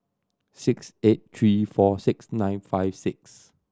six eight three four six nine five six